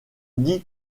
dit